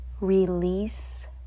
release